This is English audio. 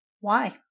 Why